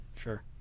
sure